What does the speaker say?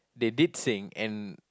they did sing and